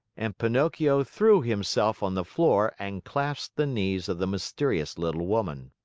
and pinocchio threw himself on the floor and clasped the knees of the mysterious little woman.